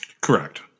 Correct